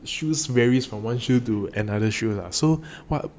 shoes varies from one shoes to another shoe lah so what